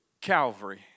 Calvary